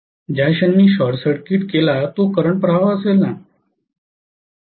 ज्या क्षणी मी शॉर्ट सर्किट केला तो करंट प्रवाह असेल